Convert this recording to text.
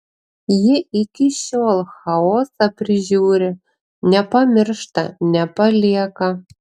ji iki šiol chaosą prižiūri nepamiršta nepalieka